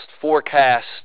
forecast